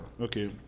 okay